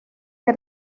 que